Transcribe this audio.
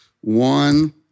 one